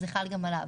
זה חל גם עליו.